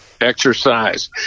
Exercise